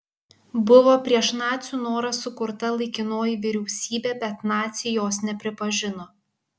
buvo prieš nacių norą sukurta laikinoji vyriausybė bet naciai jos nepripažino